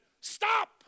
stop